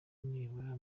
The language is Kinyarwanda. nibura